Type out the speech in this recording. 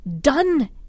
done